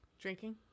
Drinking